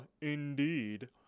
indeed